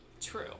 true